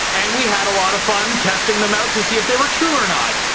and we had a lot of fun testing them out to see if they were true or not.